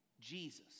Jesus